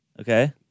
Okay